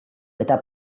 eta